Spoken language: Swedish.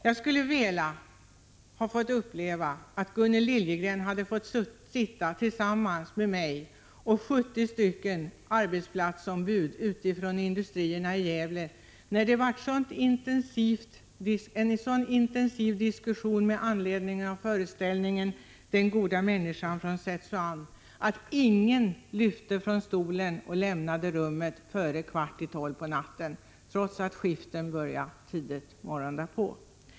Jag skulle ha velat få uppleva att Gunnel Liljegren hade suttit tillsammans med mig och 70 arbetsplatsombud från industrierna i Gävle när det blev en så intensiv diskussion med anledning av föreställningen Den goda människan från Sezuan att ingen, trots att skiften började tidigt morgonen därpå, lyfte från stolen och lämnade rummet före kvart i tolv på natten.